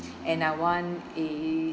and I want a